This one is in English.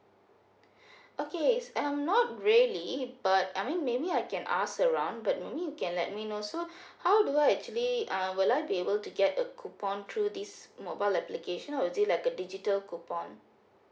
okay um not really but I mean maybe I can ask around but may be you can let me know so how do I actually uh will I be able to get a coupon through this mobile application or is it like a digital coupon